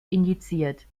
indiziert